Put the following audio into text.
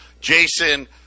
Jason